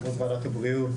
יושב-ראש ועדת הבריאות,